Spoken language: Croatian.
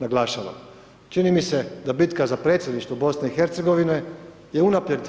Naglašavam, čini mi se da bitka za predsjedništvo BiH je unaprijed,